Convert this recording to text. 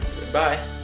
Goodbye